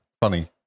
funny